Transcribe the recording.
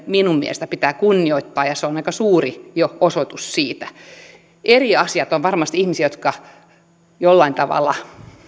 minun mielestäni heitä pitää kunnioittaa ja se on jo aika suuri osoitus siitä eri asia on että on varmasti ihmisiä jotka jollain tavalla